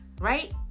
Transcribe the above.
right